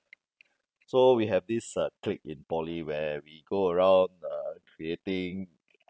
so we have this uh clique in poly where we go around uh creating